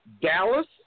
Dallas